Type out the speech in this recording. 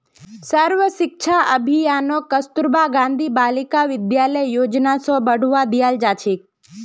सर्व शिक्षा अभियानक कस्तूरबा गांधी बालिका विद्यालय योजना स बढ़वा दियाल जा छेक